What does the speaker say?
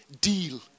deal